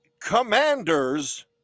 Commanders